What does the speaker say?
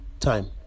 time